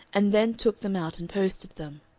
and then took them out and posted them.